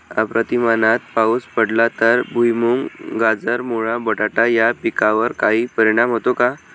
अतिप्रमाणात पाऊस पडला तर भुईमूग, गाजर, मुळा, बटाटा या पिकांवर काही परिणाम होतो का?